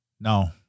No